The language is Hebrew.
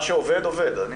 מה שעובד- עובד.